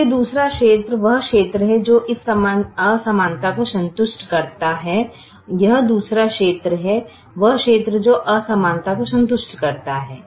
इसलिए दूसरा क्षेत्र वह क्षेत्र है जो इस असमानता को संतुष्ट करता है यह दूसरा क्षेत्र है वह क्षेत्र जो असमानता को संतुष्ट करता है